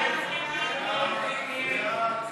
ההסתייגות (19)